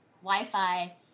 Wi-Fi